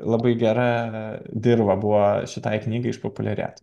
labai gera dirva buvo šitai knygai išpopuliarėti